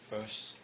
First